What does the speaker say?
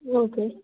okay